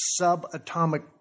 subatomic